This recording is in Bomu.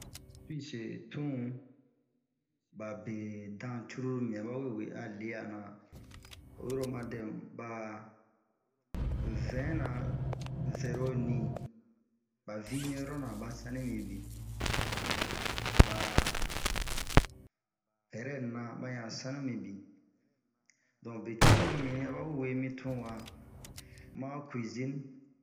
Suwise tun, ba bedan cururu mibin abawe we, a le'ana ,oyi lo oma dɛmu, ba vɛnna vɛro nii, ba viɲerɔn ra ba sani ibin, ba rɛnena ba ɲa sani ɲa minbin. Donkebe cururu mibin aba we we mi tunwa .Ma ho kuwizine.